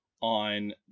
on